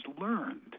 learned